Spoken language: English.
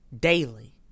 daily